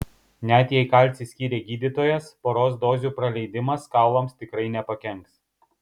net jei kalcį skyrė gydytojas poros dozių praleidimas kaulams tikrai nepakenks